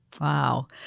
Wow